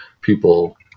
people